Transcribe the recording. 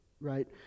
right